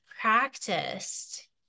practiced